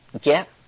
get